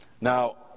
Now